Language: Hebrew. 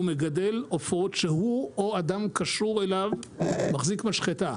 או מגדל עופות שהוא או אדם קשור אליו מחזיק משחטה.